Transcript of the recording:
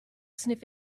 sniff